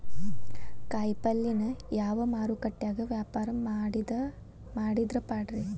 ಕಾಯಿಪಲ್ಯನ ಯಾವ ಮಾರುಕಟ್ಯಾಗ ವ್ಯಾಪಾರ ಮಾಡಿದ್ರ ಪಾಡ್ರೇ?